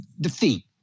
defeat